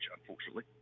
Unfortunately